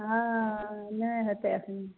हँ नहि होयतै अखनी